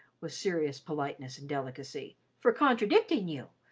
with serious politeness and delicacy, for contradicting you.